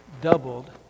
doubled